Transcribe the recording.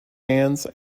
hands